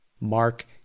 Mark